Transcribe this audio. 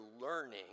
learning